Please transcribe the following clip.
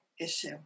issue